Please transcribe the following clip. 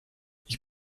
ich